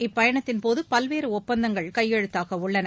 இப்பயணத்தின்போது பல்வேறு ஒப்பந்தங்கள் கையெழுத்தாகவுள்ளன